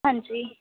ਹਾਂਜੀ